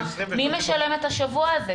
מי משלם את השבוע הזה?